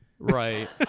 right